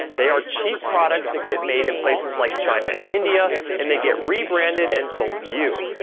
they are cheap products that get made in places like china and india, and they get rebranded and sold to you.